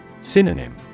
Synonym